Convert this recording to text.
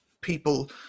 people